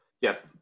Yes